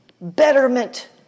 betterment